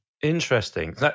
Interesting